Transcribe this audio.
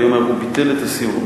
אני אומר: הוא ביטל את הסיור.